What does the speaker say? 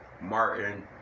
Martin